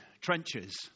trenches